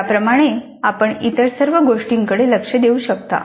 याप्रमाणे आपण इतर सर्व गोष्टींकडे लक्ष देऊ शकता